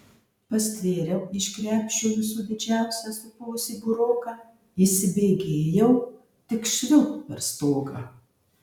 pastvėriau iš krepšio visų didžiausią supuvusį buroką įsibėgėjau tik švilpt per stogą